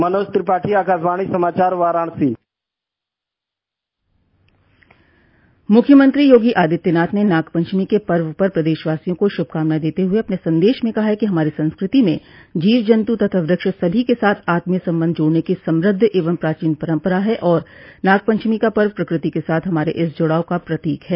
मनोज त्रिपाठी आकाशवाणी समाचार वाराणसी मुख्यमंत्री योगी आदित्यनाथ ने नागपंचमी के पर्व पर प्रदेशवासियों को शुभकामनाएं देते हुए अपने संदेश में कहा कि हमारी संस्कृति में जीव जन्तु तथा वृक्ष सभी के साथ आत्मीय संबंध जोड़ने की समृद्ध एवं प्राचीन परम्परा है और नागपंचमी का पर्व प्रकृति के साथ हमारे इस जुड़ाव का प्रतीक है